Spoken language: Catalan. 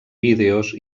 vídeos